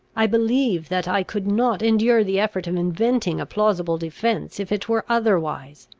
i believe that i could not endure the effort of inventing a plausible defence, if it were otherwise.